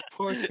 Poor